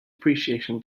appreciation